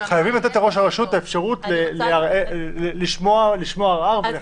חייבים לתת לראש הרשות את האפשרות לשמוע ערר ולהחליט שהוא חוזר בו.